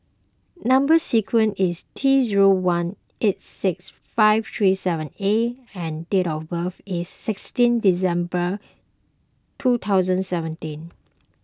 Number Sequence is T zero one eight six five three seven A and date of birth is sixteen December two thousand and seventeen